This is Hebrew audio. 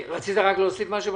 רצית להוסיף משהו?